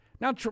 Now